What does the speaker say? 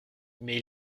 mais